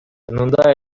чынында